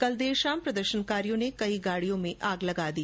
कल देर शाम प्रदर्शनकारियों ने कई गाड़ियों में आग लगा दी